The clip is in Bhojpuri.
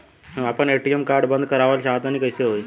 हम आपन ए.टी.एम कार्ड बंद करावल चाह तनि कइसे होई?